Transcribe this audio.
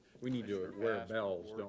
we need to ah wear bells,